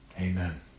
Amen